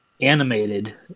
animated